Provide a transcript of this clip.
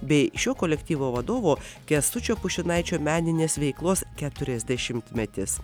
bei šio kolektyvo vadovo kęstučio pušinaičio meninės veiklos keturiasdešimtmetis